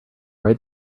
write